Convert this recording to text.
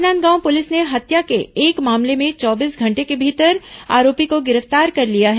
Rajnandgaon police ने हत्या के एक मामले में चौबीस घंटे के भीतर आरोपी को गिरफ्तार कर लिया है